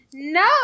no